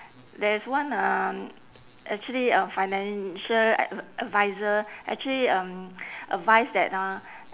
there's one uh actually a financial ad~ advisor actually um advise that ah